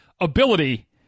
ability